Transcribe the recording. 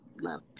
love